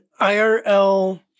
IRL